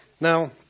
Now